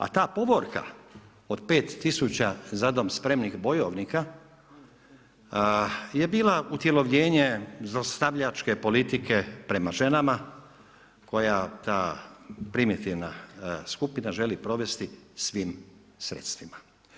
A ta povorka od 5000 za dom spremni bojovnika, je bila utoljenje zlostavljačke politike prema ženama koja primitivna skupina želi provesti svim sredstvima.